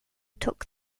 took